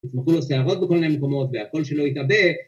‫שיצמחו לו שערות בכל מיני מקומות ‫והקול שלא התעבה.